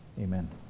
Amen